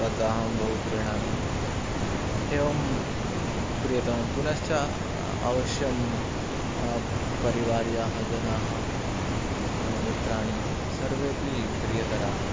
तद् अहं बहु प्रीणामि एवं प्रियतमं पुनश्च अवश्यं परिवारीयाः जनाः मित्राणि सर्वेपि प्रियतराः